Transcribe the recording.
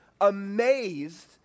amazed